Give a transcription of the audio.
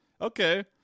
Okay